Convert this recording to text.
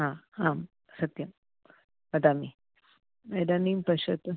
आम् सत्यम् वदामि इदानीं पश्यतु